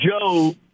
Joe